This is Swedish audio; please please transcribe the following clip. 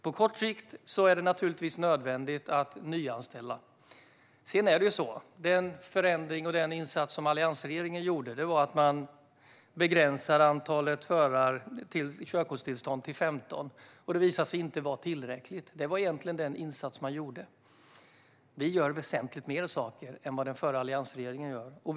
På kort sikt är det naturligtvis nödvändigt att nyanställa. Det är också så här: Den förändring och den insats som alliansregeringen gjorde var att begränsa antalet körkortstillstånd till 15 stycken. Det visade sig inte vara tillräckligt. Det var egentligen den insats alliansregeringen gjorde. Vi gör väsentligt fler saker än vad den regeringen gjorde.